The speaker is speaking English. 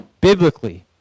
biblically